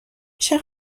میشه